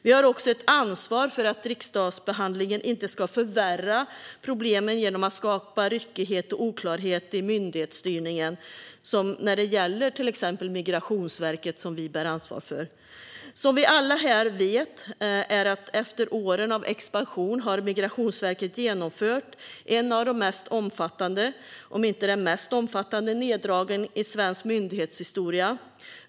Vi har också ett ansvar för att riksdagsbehandlingen inte förvärrar problemen genom att skapa ryckighet och oklarhet i myndighetsstyrningen, till exempel när det gäller Migrationsverket. Vi vet alla att efter åren av expansion har Migrationsverket genomfört en av de mest omfattande, om inte den mest omfattande, neddragningen i svensk myndighetshistoria.